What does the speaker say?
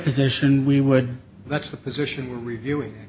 position we would that's the position we're reviewing